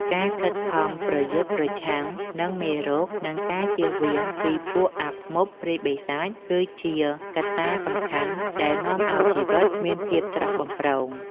ការខិតខំប្រយុទ្ធប្រឆាំងនឹងមេរោគ និងការជៀសវាងពីពួកអាបធ្មប់ព្រាយបិសាច គឺជាកត្តាសំខាន់ដែលនាំឱ្យជីវិតមានភាពស្រស់បំព្រង។